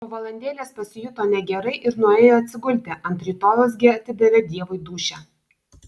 po valandėlės pasijuto negerai ir nuėjo atsigulti ant rytojaus gi atidavė dievui dūšią